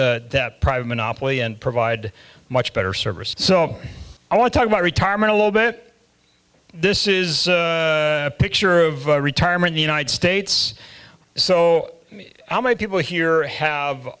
private and provide much better service so i want to talk about retirement a little bit this is a picture of a retirement the united states so how many people here have